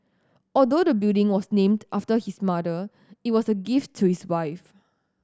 although the building was named after his mother it was a gift to his wife